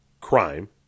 crime